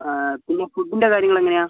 പിന്നെ ഫുഡ്ഡിൻ്റെ കാര്യങ്ങൾ എങ്ങനെയാണ്